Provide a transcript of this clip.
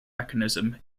mechanism